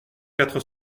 quatre